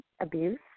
abuse